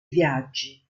viaggi